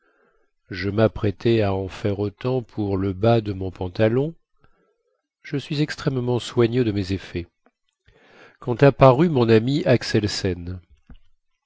je mapprêtais à en faire autant pour le bas de mon pantalon je suis extrêmement soigneux de mes effets quand apparut mon ami axelsen